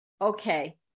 Okay